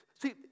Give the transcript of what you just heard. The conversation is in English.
See